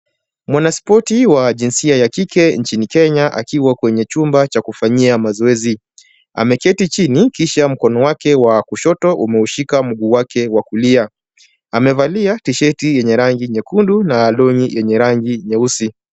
Mwanaspoti wa jinsia ya kike nchini Kenya akiwa kwenye chumba cha kufanyia mazoezi. Ameketi chini kisha mkono wake wa kushoto umeushika mguu wake wa kulia. Amevalia tisheti yenye rangi nyekundu na long'i yenye rangi nyeusi.